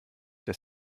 des